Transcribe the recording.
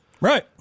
Right